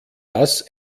das